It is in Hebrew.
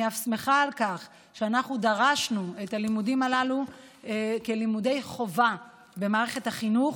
אני אף שמחה שאנחנו דרשנו את הלימודים הללו כלימודי חובה במערכת החינוך,